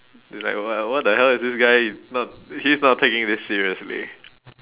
it's like what what the hell is this guy not he's not taking this seriously